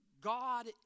God